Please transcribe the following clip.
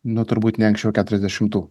nu turbūt ne anksčiau keturiasdešimtų